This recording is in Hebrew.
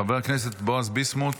חבר הכנסת בועז ביסמוט,